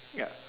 ya